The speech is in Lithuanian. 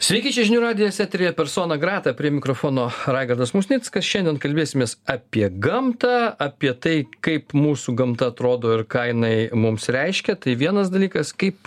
sveiki čia žinių radijas eteryje persona grata prie mikrofono raigardas musnickas šiandien kalbėsimės apie gamtą apie tai kaip mūsų gamta atrodo ir ką jinai mums reiškia tai vienas dalykas kaip